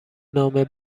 نامه